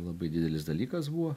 labai didelis dalykas buvo